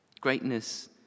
Greatness